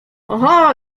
oho